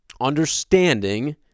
understanding